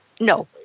No